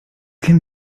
can